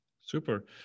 Super